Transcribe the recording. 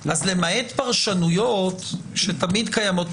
אז למעט פרשנויות שתמיד קיימות,